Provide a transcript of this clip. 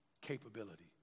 capability